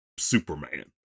Superman